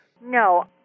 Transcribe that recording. No